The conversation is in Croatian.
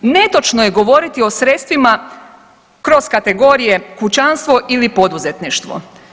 Netočno je govoriti o sredstvima kroz kategorije kućanstvo ili poduzetništvo.